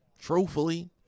Truthfully